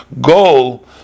goal